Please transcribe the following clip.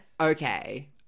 Okay